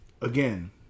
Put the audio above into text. again